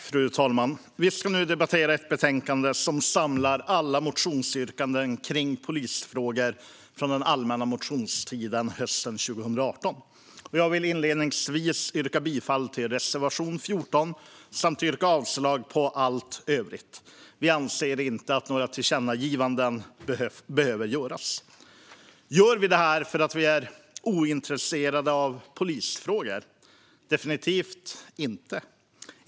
Fru talman! Vi ska nu debattera ett betänkande som samlar alla motionsyrkanden om polisfrågor från den allmänna motionstiden hösten 2018. Jag vill inledningsvis yrka bifall till reservation 14. Vi anser inte att några tillkännagivanden behöver göras. Gör vi det för att vi är ointresserade av polisfrågor? Definitivt inte!